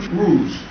rules